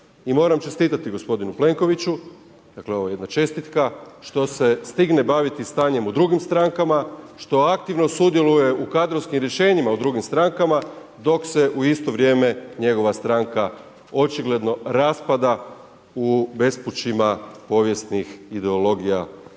I moram čestitati gospodinu Plenkoviću, dakle ovo je jedna čestitka što se stigne baviti stanjem u drugim strankama, što aktivno sudjeluje u kadrovskim rješenjima u drugim strankama dok se u isto vrijeme njegova stranka, očigledno, raspada u bespućima povijesnih ideologija prošlosti